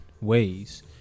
ways